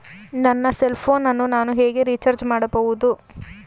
ನನ್ನ cell phone ಅನ್ನು ನಾನು ಹೇಗೆ ರಿಚಾರ್ಜ್ ಮಾಡಬಹುದು?